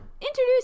introduce